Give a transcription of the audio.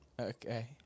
Okay